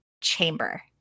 chamber